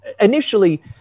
initially